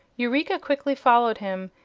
eureka quickly followed him,